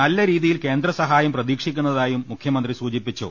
നല്ല രീതിയിൽ കേന്ദ്രസഹായം പ്രതീക്ഷിക്കുന്നതായും മുഖ്യമന്ത്രി സുചിപ്പിച്ചു